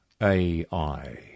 AI